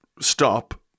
stop